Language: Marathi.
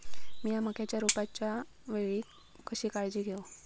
मीया मक्याच्या रोपाच्या वेळी कशी काळजी घेव?